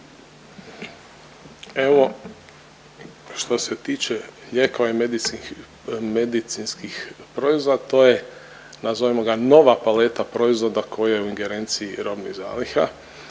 Evo što se tiče lijekova i medici… medicinskih proizvoda to je nazovimo ga nova paleta proizvoda koja je u ingerenciji robnih zaliha